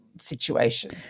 situation